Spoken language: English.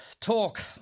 talk